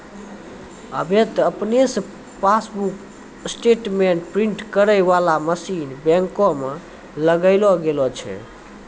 आबे त आपने से पासबुक स्टेटमेंट प्रिंटिंग करै बाला मशीन बैंको मे लगैलो गेलो छै